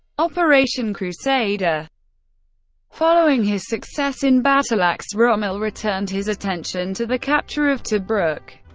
operation crusader following his success in battleaxe, rommel returned his attention to the capture of tobruk.